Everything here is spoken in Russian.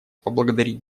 поблагодарить